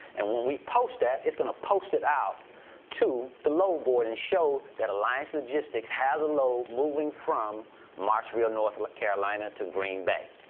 and when we post that, it's gonna post it out to the load board and show that alliance logistics has a load moving from marshville, north like carolina to green bay.